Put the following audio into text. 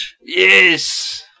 Yes